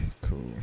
cool